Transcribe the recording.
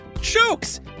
jokes